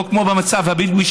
או כמו במגזר הבדואי,